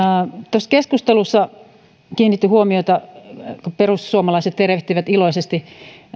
tuossa keskustelussa kiinnitin huomiota siihen kun perussuomalaiset tervehtivät iloisesti